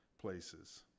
places